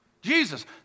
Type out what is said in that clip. Jesus